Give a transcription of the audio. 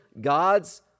God's